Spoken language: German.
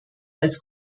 als